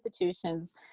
institutions